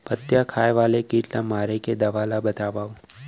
पत्तियां खाए वाले किट ला मारे के दवा ला बतावव?